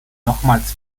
nochmals